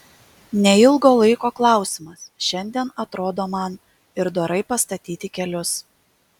neilgo laiko klausimas šiandien atrodo man ir dorai pastatyti kelius